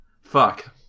Fuck